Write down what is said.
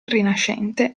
rinascente